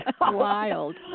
wild